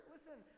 Listen